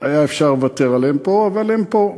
היה אפשר לוותר עליהם פה, אבל הם פה.